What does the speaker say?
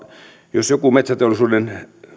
jos joku metsäteollisuuden